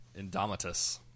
Indomitus